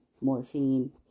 morphine